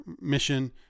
mission